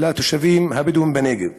לתושבים הבדואים בנגב.